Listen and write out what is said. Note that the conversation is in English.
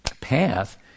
path